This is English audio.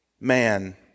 man